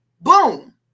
boom